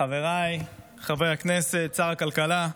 חבריי חברי הכנסת, שר הכלכלה,